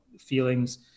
feelings